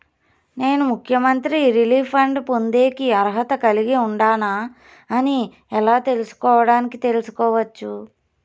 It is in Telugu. నేను ముఖ్యమంత్రి రిలీఫ్ ఫండ్ పొందేకి అర్హత కలిగి ఉండానా అని ఎలా తెలుసుకోవడానికి తెలుసుకోవచ్చు